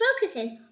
focuses